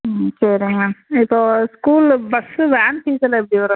ம் சரி மேம் இப்போ ஸ்கூலில் பஸ்ஸு வேன் ஃபீஸெல்லாம் எப்படி வரும்